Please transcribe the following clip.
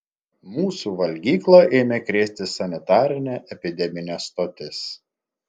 mūsų valgyklą ėmė krėsti sanitarinė epideminė stotis